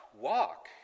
walk